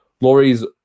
Laurie's